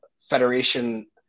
federation